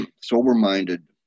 sober-minded